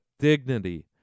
dignity